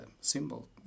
symbol